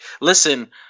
listen